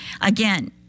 again